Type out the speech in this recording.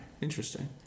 Interesting